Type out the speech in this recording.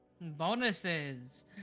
bonuses